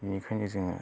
बेनिखायनो जोङो